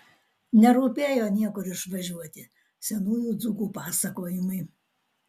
nerūpėjo niekur išvažiuoti senųjų dzūkų pasakojimai